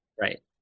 Right